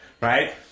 Right